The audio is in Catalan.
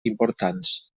importants